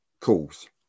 calls